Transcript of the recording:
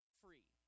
free